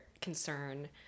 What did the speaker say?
concern